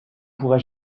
pourrai